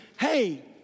hey